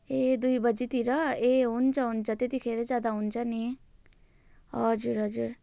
ए दुई बजीतिर ए हुन्छ हुन्छ त्यतिखेर जाँदा हुन्छ नि हजुर हजुर